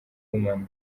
women